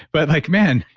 but like man,